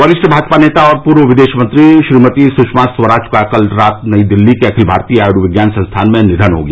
वरिष्ठ भाजपा नेता और पूर्व विदेश मंत्री श्रीमती सुषमा स्वराज का कल रात नई दिल्ली के अखिल भारतीय आयुर्विज्ञान संस्थान में निधन हो गया